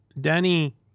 Danny